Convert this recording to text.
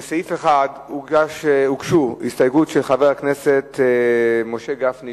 לסעיף 1 הוגשה הסתייגות של חבר הכנסת משה גפני,